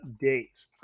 dates